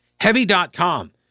Heavy.com